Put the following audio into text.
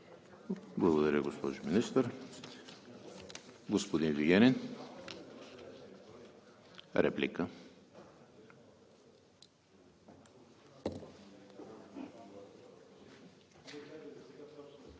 Благодаря, госпожо Министър. Господин Вигенин – реплика.